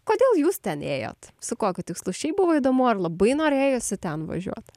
kodėl jūs ten ėjot su kokiu tikslu šiaip buvo įdomu ar labai norėjosi ten važiuot